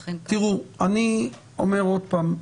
תראו, אני אומר עוד פעם: